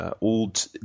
old